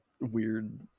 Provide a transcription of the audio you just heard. weird